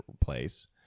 place